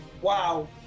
Wow